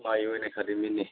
मा Unacademy नि